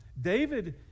David